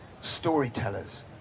storytellers